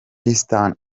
eastern